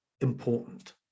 important